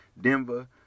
Denver